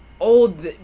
old